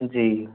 जी